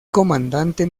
comandante